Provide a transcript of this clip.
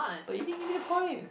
but you didn't give me the point